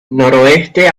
noroeste